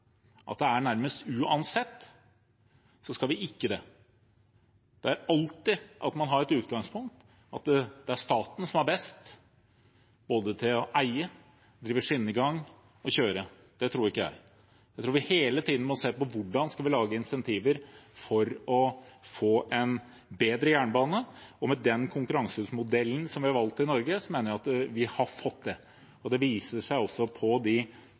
staten som er best, både til å eie, til å drive skinnegangen og til å kjøre. Det tror ikke jeg. Jeg tror vi hele tiden må se på hvordan vi skal lage insentiver for å få en bedre jernbane. Og med den modellen som vi har valgt i Norge, mener jeg at vi har fått det. Det viser seg også på de